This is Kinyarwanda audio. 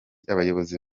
abayobozi